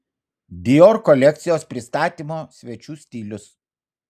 dior kolekcijos pristatymo svečių stilius